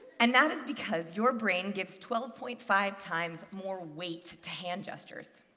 and that is because your brain gives twelve point five times more weight to hand gestures.